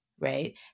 Right